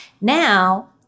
Now